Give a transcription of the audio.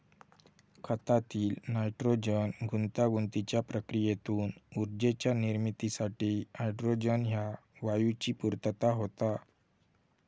खतातील नायट्रोजन गुंतागुंतीच्या प्रक्रियेतून ऊर्जेच्या निर्मितीसाठी हायड्रोजन ह्या वायूची पूर्तता होता